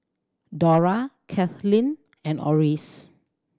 Dora Cathleen and Orris